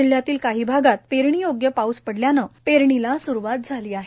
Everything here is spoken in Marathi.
जिल्हयातील काही भागात पेरणीयोग्य पाऊस पडल्याने पेरणीला सुरुवात झाली आहे